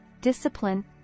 discipline